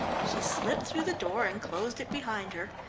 she slipped through the door and closed it behind her,